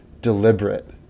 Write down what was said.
deliberate